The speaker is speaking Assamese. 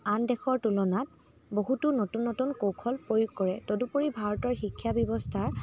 আন দেশৰ তুলনাত বহুতো নতুন নতুন কৌশল প্ৰয়োগ কৰে তদুপৰি ভাৰতৰ শিক্ষাব্যৱস্থাত